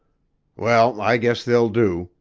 well, i guess they'll do,